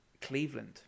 Cleveland